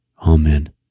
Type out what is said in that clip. Amen